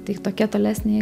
tai tokia tolesnė